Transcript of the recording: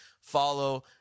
follow